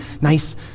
nice